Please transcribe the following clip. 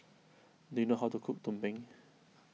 do you know how to cook Tumpeng